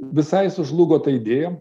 visai sužlugo ta idėja